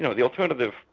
you know the alternative,